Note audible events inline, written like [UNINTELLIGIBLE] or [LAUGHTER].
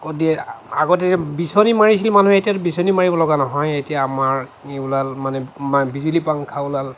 [UNINTELLIGIBLE] আগতে বিচনী মাৰিছিল মানুহে এতিয়াতো বিচনী মাৰিব লগা নহয়ে এতিয়া আমাৰ এই ওলাল মানে আমাৰ বিজুলী পাংখা ওলাল